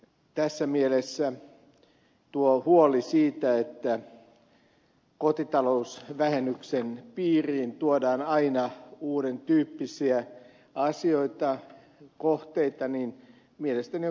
tässä mielessä tuo huoli siitä että kotitalousvähennyksen piiriin tuodaan aina uudentyyppisiä asioita ja kohteita mielestäni on kyllä perusteltu